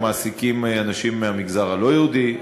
הם מעסיקים אנשים מהמגזר הלא-יהודי.